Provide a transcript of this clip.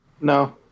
No